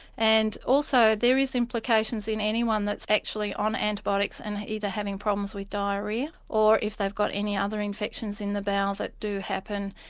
and also there are implications in anyone that's actually on antibiotics and either having problems with diarrhoea or if they've got any other infections in the bowel that do happen,